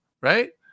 right